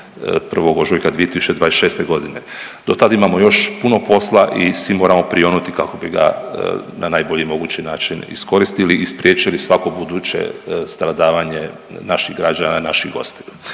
do 1. ožujka 2026. g. Do tad imamo još puno posla i svi moramo prionuti kako bi ga na najbolji mogući način iskoristili i spriječili svako buduće stradavanje naših građana i naših gostiju.